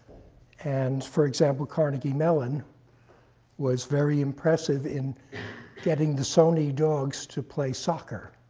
and for example, carnegie mellon was very impressive in getting the sony dogs to play soccer,